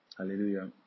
Hallelujah